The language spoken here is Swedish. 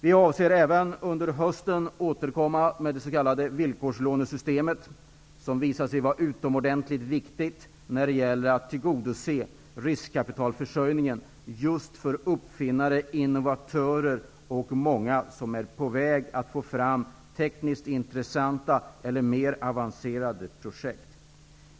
Vi avser även att under hösten återkomma med det s.k. villkorslånesystemet, som visar sig vara utomordentligt viktigt när det gäller att tillgodose riskkapitalförsörjningen just för uppfinnare, innovatörer, och många som är på väg att få fram tekniskt intressanta eller mer avancerade projekt.